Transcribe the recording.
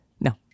No